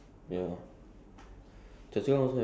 then I take bus from Ang-Mo-Kio then direct